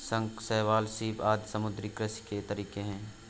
शंख, शैवाल, सीप आदि समुद्री कृषि के तरीके है